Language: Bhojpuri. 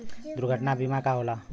दुर्घटना बीमा का होला?